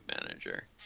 Manager